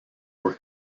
were